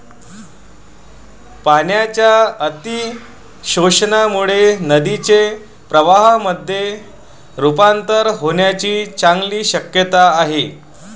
पाण्याच्या अतिशोषणामुळे नदीचे प्रवाहामध्ये रुपांतर होण्याची चांगली शक्यता आहे